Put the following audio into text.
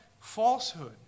falsehood